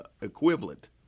equivalent